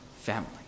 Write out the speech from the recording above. family